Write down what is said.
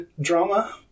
drama